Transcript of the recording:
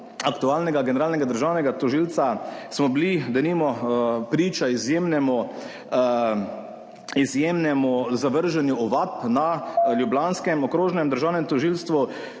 aktualnega generalnega državnega tožilca smo bili denimo priča izjemnemu zavrženju ovadb na ljubljanskem okrožnem državnem tožilstvu.